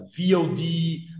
VOD